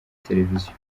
televiziyo